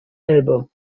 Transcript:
elbe